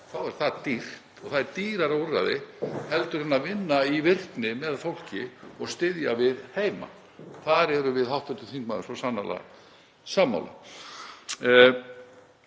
þá er það dýrt og það er dýrara úrræði heldur en að vinna að virkni með fólki og styðja við það heima. Þar erum við hv. þingmaður svo sannarlega sammála.